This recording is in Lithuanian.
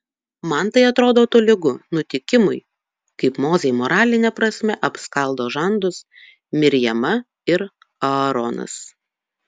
man tai atrodo tolygu nutikimui kaip mozei moraline prasme apskaldo žandus mirjama ir aaronas